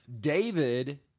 David